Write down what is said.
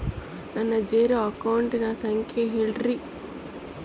ನನ್ನ ಜೇರೊ ಅಕೌಂಟಿನ ಸಂಖ್ಯೆ ಹೇಳ್ರಿ?